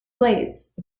blades